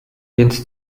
więc